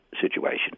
situation